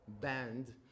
band